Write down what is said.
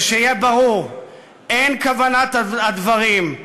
ושיהיה ברור: אין כוונת הדברים,